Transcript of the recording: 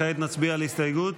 כעת נצביע על הסתייגות